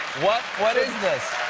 what what is this?